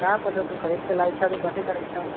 का पता तू खरीदकऽ लाबै छह की कथी करैत छह